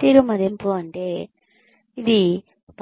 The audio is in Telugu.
పనితీరు మదింపు అంటే ఇది